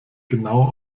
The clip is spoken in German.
genau